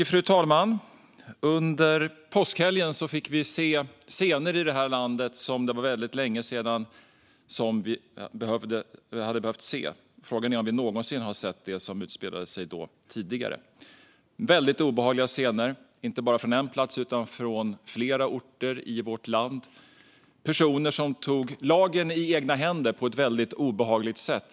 Fru talman! Under påskhelgen fick vi i det här landet se scener som det var länge sedan vi behövt se. Frågan är om vi någonsin tidigare har sett något sådant utspela sig här. Det var väldigt obehagliga scener och inte bara på en utan flera orter i vårt land. Det var personer som tog lagen i egna händer på ett obehagligt sätt.